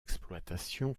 exploitation